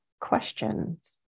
questions